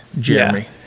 Jeremy